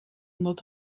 omdat